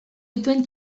dituen